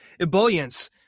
ebullience